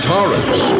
Taurus